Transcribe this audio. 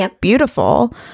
beautiful